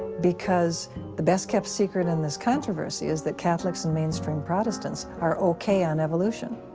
because the best-kept secret in this controversy is that catholics and mainstream protestants are okay on evolution.